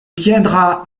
tiendra